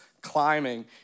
climbing